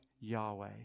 Yahweh